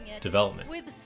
development